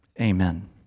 Amen